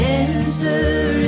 answer